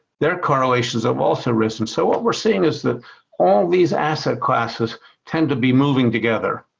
their correlations have also risen. so what we're seeing is that all these asset classes tend to be moving together.